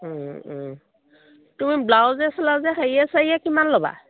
তুমি ব্লাউজে চ্লাউজে হেৰিয়ে চেৰিয়ে কিমান ল'বা